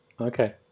Okay